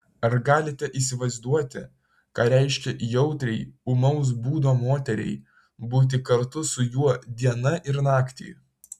ar galite įsivaizduoti ką reiškia jautriai ūmaus būdo moteriai būti kartu su juo dieną ir naktį